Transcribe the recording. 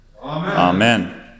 Amen